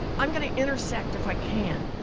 i'm going to intersect if i can.